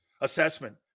assessment